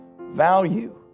value